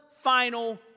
final